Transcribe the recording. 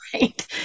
right